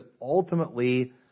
ultimately